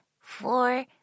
four